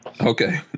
Okay